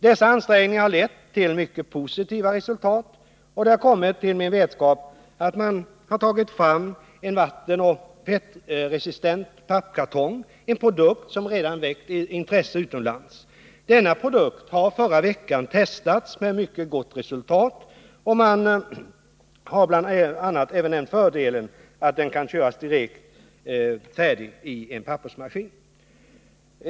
Dessa ansträngningar har lett till mycket positiva resultat, och det har kommit till min vetskap att man har tagit fram en vattenoch fettresistent pappkartong, en produkt som redan väckt intresse utomlands. Denna produkt har i förra veckan testats med mycket gott resultat, och den har bl.a. även den fördelen att den kan köras direkt färdig i en pappersmaskin.